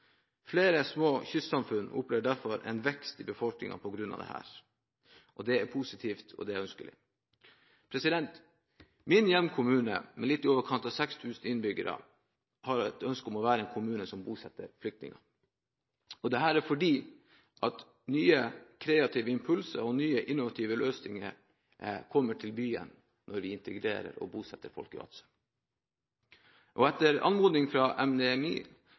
Flere små kystsamfunn opplever derfor en vekst i befolkningen på grunn av dette, og det er positivt og ønskelig. Min hjemkommune, med litt i overkant av 6 000 innbyggere, har et ønske om å være en kommune som bosetter flyktninger. Det er fordi nye, kreative impulser og nye, innovative løsninger kommer til byen når vi integrerer og bosetter folk i Vadsø. Etter anmodning fra